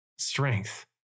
strength